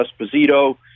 Esposito